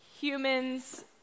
humans